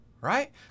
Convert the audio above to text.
right